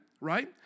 Right